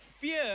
Fear